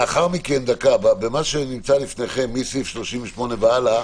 במה שנמצא לפניכם, מסעיף 38 והלאה,